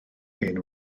hen